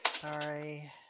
Sorry